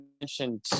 mentioned